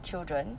children